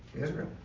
Israel